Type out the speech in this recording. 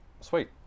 sweet